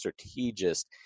strategist